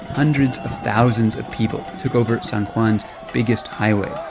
hundreds of thousands of people took over san juan's biggest highway.